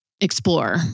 explore